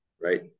right